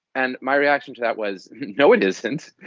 and my reaction to that was, no, it isn't.